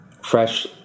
fresh